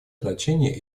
значение